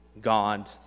god